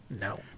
No